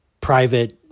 private